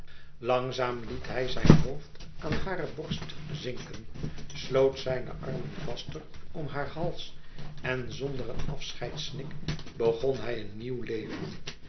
langzaam liet hij zijn hoofd aan hare borst zinken sloot zijne armen vaster om haar hals en zonder een afscheidssnik begon hij een nieuw leven